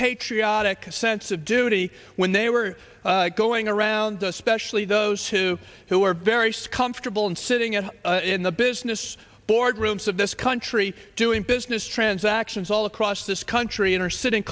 patriotic sense of duty when they were going around especially those two who are very scum for trouble and sitting at in the business boardrooms of this country doing business transactions all across this country and are sitting